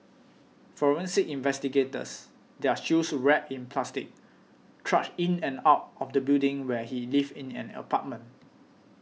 forensic investigators their shoes wrapped in plastic trudged in and out of the building where he lived in an apartment